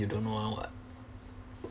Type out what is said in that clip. you don't know [one] [what]